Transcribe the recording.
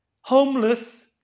homeless